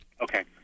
okay